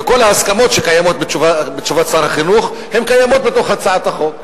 וכל ההסכמות שקיימות בתשובת שר החינוך קיימות בהצעת החוק,